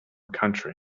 country